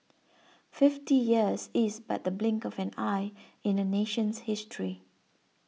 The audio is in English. fifty years is but the blink of an eye in a nation's history